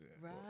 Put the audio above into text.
Right